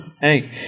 Hey